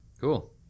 Cool